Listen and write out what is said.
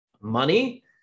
money